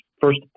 first